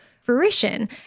fruition